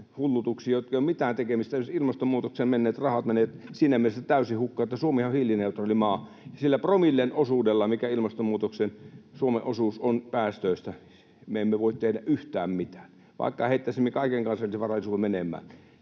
hullutuksiin, joilla ei ole mitään tekemistä. Esimerkiksi ilmastonmuutokseen menneet rahat menevät siinä mielessä täysin hukkaan, että Suomihan on hiilineutraali maa. Sillä promillen osuudella, mikä ilmastonmuutokseen Suomen osuus on päästöistä, me emme voi tehdä yhtään mitään. Vaikka heittäisimme kaiken kansallisvarallisuuden menemään,